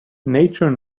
nature